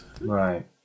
Right